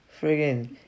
Friggin